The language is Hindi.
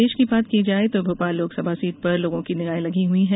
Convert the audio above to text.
प्रदेश की बात की जाए तो भोपाल लोकसभा सीट पर लोगों की निगाहें लगी हुई है